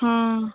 हाँ